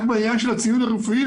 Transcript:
בעניין הציוד הרפואי,